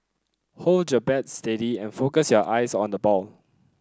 hold your bat steady and focus your eyes on the ball